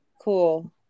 cool